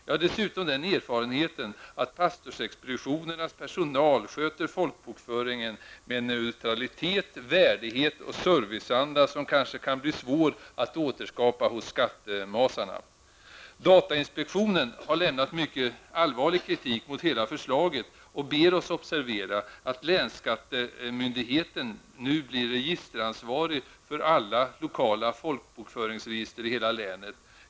Jag har dessutom den erfarenheten att pastorsexpeditionernas personal sköter folkbokföringen med en neutralitet, värdighet och serviceanda som kanske kan bli svår att återskapa hos skattemasarna. Datainspektionen har lämnat mycket allvarlig kritik mot hela förslaget och ber oss observera att länsskattemyndigheten blir registeransvarig för alla lokala folkbokföringsregister i hela länet.